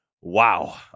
Wow